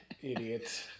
idiot